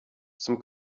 some